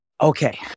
okay